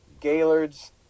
Gaylord's